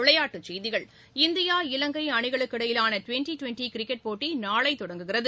விளையாட்டுச் செய்திகள் இந்தியா இலங்கை அணிகளுக்கு இடையிலான டிவெண்டி டிவெண்டி கிரிக்கெட் போட்டி நாளை தொடங்குகிறது